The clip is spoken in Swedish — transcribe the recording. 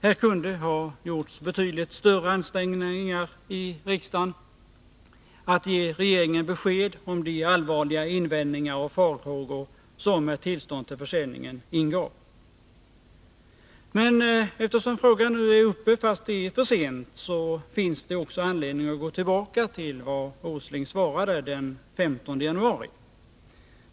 Här kunde ha gjorts betydligt större ansträngningar i riksdagen att ge regeringen besked om de allvarliga invändningar och farhågor som ett tillstånd till försäljningen föranledde. Men eftersom frågan nu är uppe, fast det är för sent, så finns det också anledning att gå tillbaka till vad Nils Åsling svarade den 15 januari.